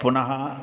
पुनः